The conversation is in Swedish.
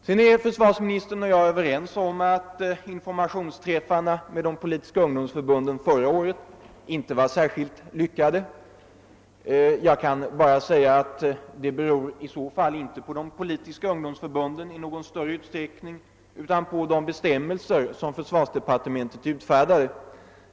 Sedan är försvarsministern och jag ense om att informationsträffarna med de politiska ungdomsförbunden förra året inte var särskilt lyckade. Jag vill bara säga att det i så fall inte i någon större utsträckning berodde på de politiska ungdomsförbunden utan på de bestämmelser som försvarsdepartementet utfärdade.